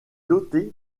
doté